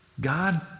God